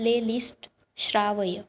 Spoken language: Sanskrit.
प्लेलिस्ट् श्रावय